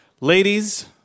Ladies